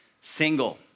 single